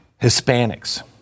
hispanics